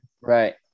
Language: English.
Right